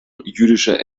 jüdischer